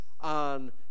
on